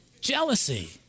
Jealousy